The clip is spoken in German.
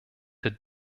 der